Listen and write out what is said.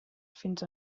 fins